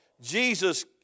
Jesus